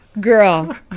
Girl